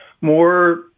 more